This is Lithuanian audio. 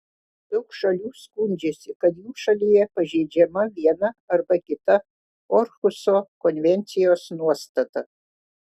daug šalių skundžiasi kad jų šalyje pažeidžiama viena arba kita orhuso konvencijos nuostata